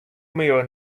мило